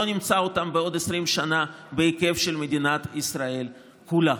לא נמצא אותם בעוד 20 שנה בהיקף של מדינת ישראל כולה.